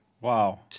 Wow